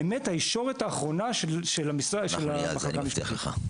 באמת הישורת האחרונה של המחלקה המשפטית.